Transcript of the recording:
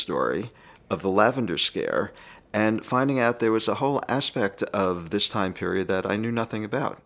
story of the eleven to scare and finding out there was a whole aspect of this time period that i knew nothing about